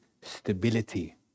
stability